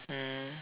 mm